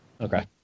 okay